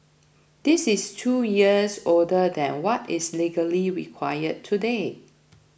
this is two years older than what is legally required today